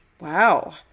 Wow